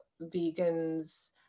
vegans